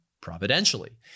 providentially